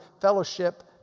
fellowship